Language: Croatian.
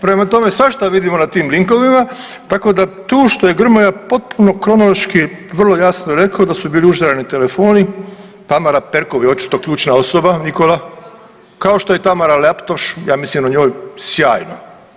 Prema tome svašta vidimo na tim linkovima tako da tu što je Grmoja potpuno kronološki vrlo jasno rekao da su bili užareni telefoni, Tamara Perkov je očito ključna osoba Nikola, kao što je Tamara Laptoš, ja mislim o njoj sjajno.